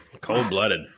Cold-blooded